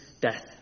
death